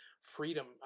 freedom